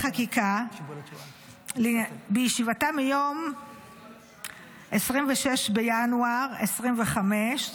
חקיקה בישיבתה מיום 26 בינואר 2025,